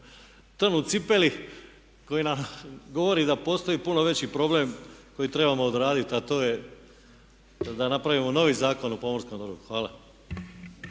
trn u cipeli koji nam govori da postoji puno veći problem koji trebamo odraditi a to je da napravimo novi Zakon o pomorskom dobru. Hvala.